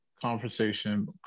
conversation